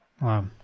Wow